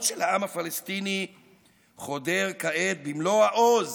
של העם הפלסטיני חודר כעת במלואו העוז